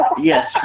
Yes